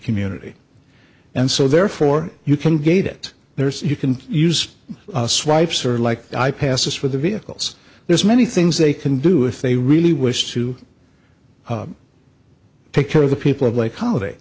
community and so therefore you can gate it there's you can use swipes or like i pass for the vehicles there's many things they can do if they really wish to take care of the people of like holiday